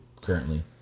currently